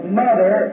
mother